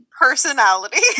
personality